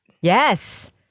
Yes